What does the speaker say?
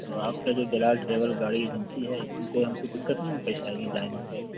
تو آپ کا جو بلال ٹریول گاڑی ایجنسی ہے اس میں کوئی ہم کو دقت نہیں نہ پیش آئے گی جائیں گے تو